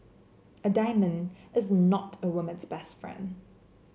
a diamond is not a woman's best friend